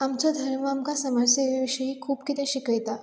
आमचो धर्म आमकां समज सेवे विशीं खूब कितें शिकयता